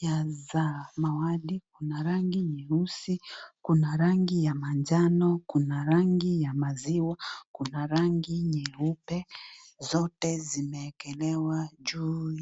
ya zamawadi, kuna rangi nyeusi, kuna rangi ya manjano, kuna rangi ya maziwa, kuna rangi nyeupe ,zote zimeekelewa juu ya..,